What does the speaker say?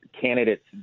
candidates